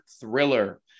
thriller